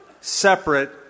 separate